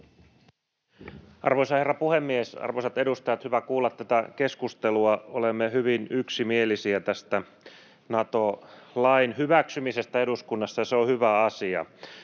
Arvoisa herra puhemies, arvoisat edustajat! Hyvä kuulla tätä keskustelua. Olemme hyvin yksimielisiä tästä Nato-lain hyväksymisestä eduskunnassa, ja se on hyvä asia.